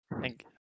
Thank